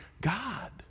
God